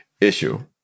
issue